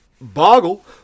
Boggle